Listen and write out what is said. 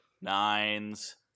nines